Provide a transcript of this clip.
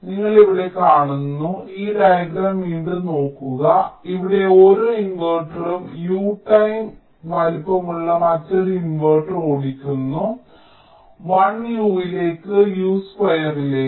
നിങ്ങൾ ഇവിടെ കാണുന്നു നിങ്ങൾ ഈ ഡയഗ്രം വീണ്ടും നോക്കുന്നു ഇവിടെ ഓരോ ഇൻവെർട്ടറും U ടൈം വലുപ്പമുള്ള മറ്റൊരു ഇൻവെർട്ടർ ഓടിക്കുന്നു 1 U യിലേക്ക് U സ്ക്വയറിലേക്ക്